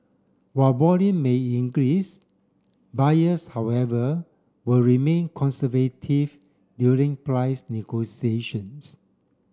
while volume may increase buyers however will remain conservative during price negotiations